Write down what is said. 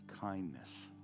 kindness